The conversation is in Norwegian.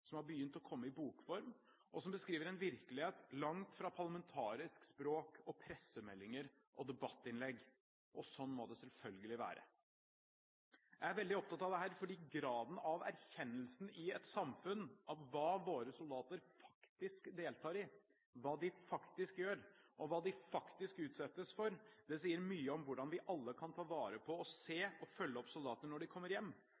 som har begynt å komme i bokform, og som beskriver en virkelighet langt fra parlamentarisk språk, pressemeldinger og debattinnlegg. Sånn må det selvfølgelig være. Jeg er veldig opptatt av dette, fordi graden av erkjennelsen i et samfunn av hva våre soldater faktisk deltar i, hva de faktisk gjør, og hva de faktisk utsettes for, sier mye om hvordan vi alle kan ta vare på og se og følge opp soldatene når de kommer hjem.